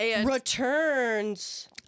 Returns